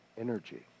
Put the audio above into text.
energy